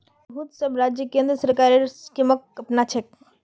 बहुत सब राज्य केंद्र सरकारेर स्कीमक अपनाछेक